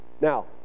Now